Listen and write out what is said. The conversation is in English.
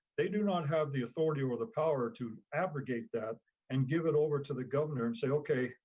they do not have the authority or the power to abrogate that and give it over to the governor and say, okay,